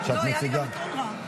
היה לי גם את אונר"א.